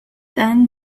then